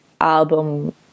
album